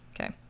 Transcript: Okay